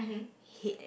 hate that